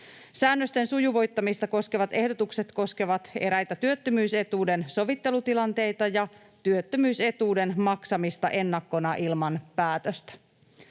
Säännösten sujuvoittamista koskevat ehdotukset koskevat eräitä työttömyysetuuden sovittelutilanteita ja työttömyysetuuden maksamista ennakkona ilman päätöstä.